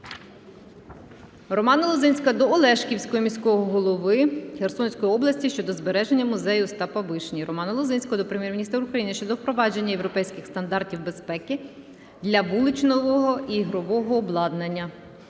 Романа Лозинського до Олешківського міського голови Херсонської області щодо збереження музею Остапа Вишні. Романа Лозинського до Прем'єр-міністра України щодо впровадження європейських стандартів безпеки для вуличного ігрового обладнання.